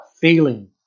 feeling